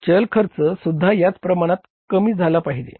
चल खर्च सुद्धा याच प्रमाणात कमी झाला पाहिजे